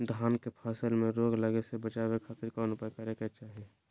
धान के फसल में रोग लगे से बचावे खातिर कौन उपाय करे के चाही?